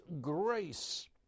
grace